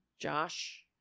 Josh